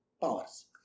powers